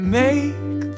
make